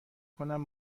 کنم